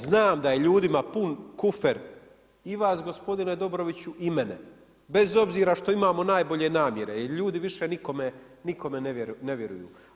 Znam da je ljudima pun kufer i vas gospodine Dobroviću i mene bez obzira što imamo najbolje namjere, jer ljudi više nikome ne vjeruju.